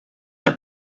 tent